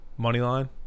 Moneyline